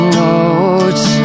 notes